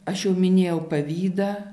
aš jau minėjau pavydą